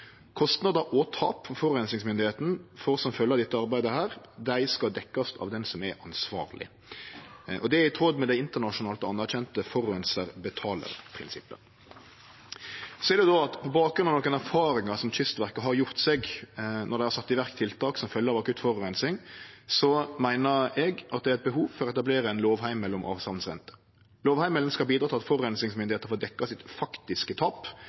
Kostnadar og tap som forureiningsmyndigheita får som følgje av dette arbeidet, skal dekkjast av den som er ansvarleg. Det er i tråd med det internasjonalt anerkjende forureinar betalar-prinsippet. Så meiner eg, på bakgrunn av nokre erfaringar som Kystverket har gjort seg når dei har sett i verk tiltak som følgje av akutt forureining, at det er eit behov for å etablere ein lovheimel om avsavnsrente. Lovheimelen skal bidra til at forureiningsmyndigheita skal få dekt sitt faktiske tap